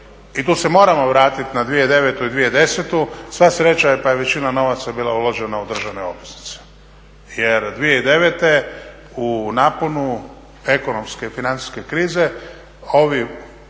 i tu se moramo vratiti na 2009. i 2010., sva sreća je pa je većina novaca bila uložena u državne obveznice jer 2009. u naponu ekonomske i financijske krize ovi